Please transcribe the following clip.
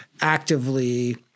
actively